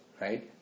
right